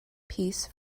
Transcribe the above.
piece